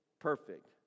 perfect